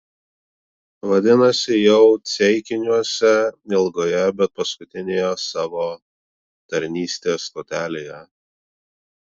vadinasi jau ceikiniuose ilgoje bet paskutinėje savo tarnystės stotelėje